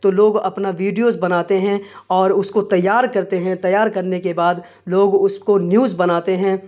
تو لوگ اپنا ویڈیوز بناتے ہیں اور اس کو تیار کرتے ہیں تیار کرنے کے بعد لوگ اس کو نیوز بناتے ہیں